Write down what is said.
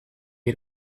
had